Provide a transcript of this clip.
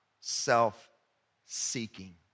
self-seeking